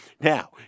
Now